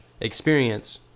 experience